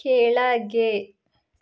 ಕೆಳಗೆ